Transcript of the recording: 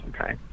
okay